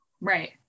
Right